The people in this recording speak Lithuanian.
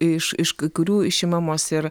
iš iš kai kurių išimamos ir